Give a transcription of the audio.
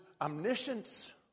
omniscience